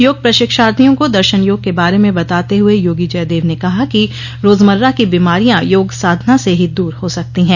योग प्र शिक्षार्थियों को दर्शन योग के बारे में बताते हुए योगी जयदेव ने कहा कि रोजमर्रा की बीमारियां योग साधना से ही दूर हो सकती हैं